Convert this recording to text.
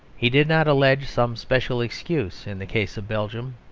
he did not allege some special excuse in the case of belgium,